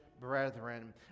brethren